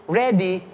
ready